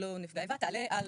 שיקבלו נפגעי איבה תעלה על